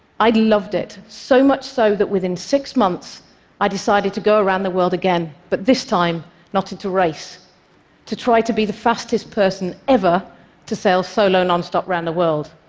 i'd loved it, so much so that within six months i decided to go around the world again, but this time not in a race to try to be the fastest person ever to sail solo nonstop around the world.